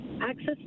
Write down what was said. access